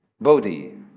bodhi